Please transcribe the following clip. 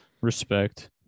Respect